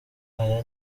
aya